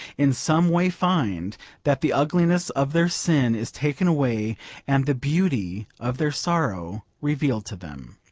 in some way find that the ugliness of their sin is taken away and the beauty of their sorrow revealed to them.